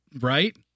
Right